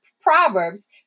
Proverbs